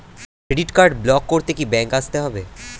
Credit card block করতে কি ব্যাংকে আসতে হবে?